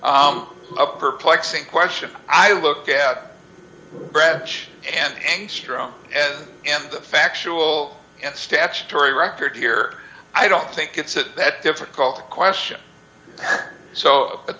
a perp lexing question i look at branch and angstrom and the factual and statutory record here i don't think it's that difficult question so but